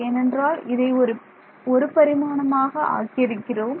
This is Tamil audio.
ஏனென்றால் இதை ஒரு பரிமாணமாக ஆக்கி இருக்கிறோம்